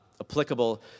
applicable